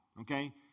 okay